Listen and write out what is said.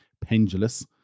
pendulous